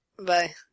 Bye